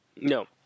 No